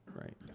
right